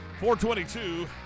422